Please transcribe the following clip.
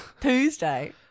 Tuesday